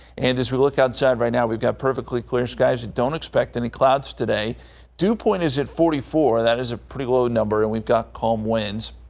and as we look outside right now we've got perfectly clear skies don't expect any clouds today dew point is at forty four that is a pretty low number and we've got calm winds.